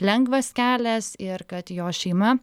lengvas kelias ir kad jo šeima